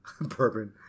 bourbon